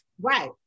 right